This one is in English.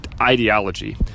ideology